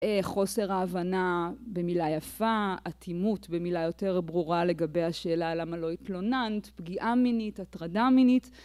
חוסר ההבנה במילה יפה, אטימות במילה יותר ברורה לגבי השאלה למה לא התלוננת, פגיעה מינית, הטרדה מינית